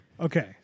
Okay